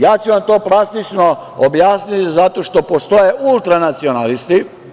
Ja ću vam to plastično objasniti zato što postoje ultra nacionalisti.